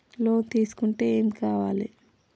Loan తీసుకుంటే ఏం కావాలి?